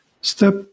step